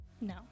No